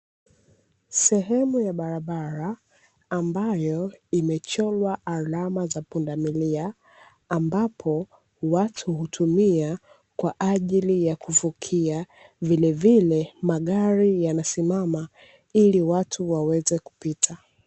Sehemu ya barabara ambayo imechorwa alama ya pundamilia, ambapo watu hutumia kwajili ya kuvukia, vile vile magari yanasimama ili watu waweze kupita.